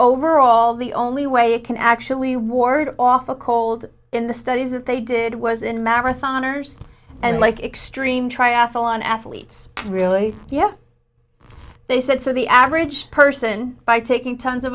overall the only way it can actually ward off a cold in the studies that they did was in marathoners and like extreme triathlon athletes really yeah they said to the average person by taking tons of